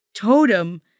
totem